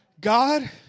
God